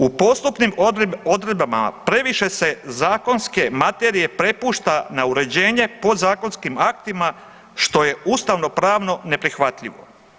U postupnim odredbama previše se zakonske materije prepušta na uređenje podzakonskim aktima što je ustavno pravno neprihvatljivo.